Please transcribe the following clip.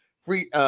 Free